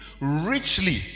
richly